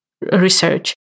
research